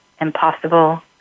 impossible